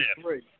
three